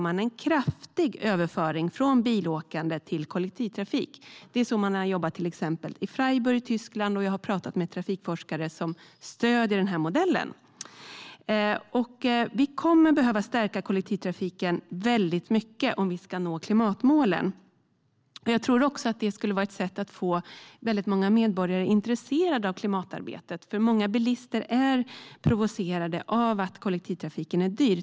Det är till exempel så man har jobbat i Freiburg i Tyskland. Jag har talat med trafikforskare som stöder den modellen. Vi kommer att behöva stärka kollektivtrafiken väldigt mycket om vi ska nå klimatmålen. Det skulle också vara ett sätt att få väldigt många medborgare intresserade av klimatarbetet. Många bilister är provocerade av att kollektivtrafiken är dyr.